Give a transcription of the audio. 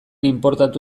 inportatu